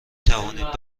توانید